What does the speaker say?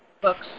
books